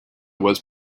was